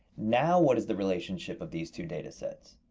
now what is the relationship of these two data sets?